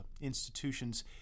institutions